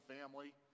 family